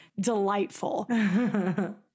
delightful